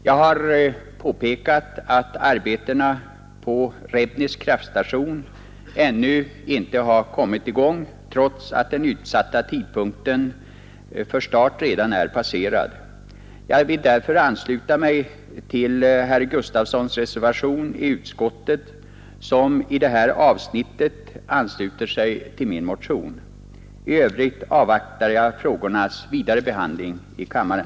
Jag har påpekat att arbetena på Rebnis kraftstation ännu inte har kommit i gång, trots att den utsatta tidpunkten för start redan är passerad. Jag vill därför ansluta mig till herr Gustafssons i Byske reservation i utskottet, en reservation som i det här avsnittet ansluter sig till min motion. I övrigt avvaktar jag frågornas vidare behandling i kammaren.